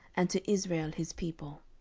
and to israel his people.